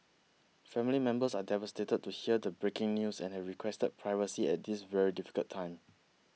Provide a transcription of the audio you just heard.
family members are devastated to hear the breaking news and have requested privacy at this very difficult time